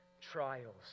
trials